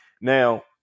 Now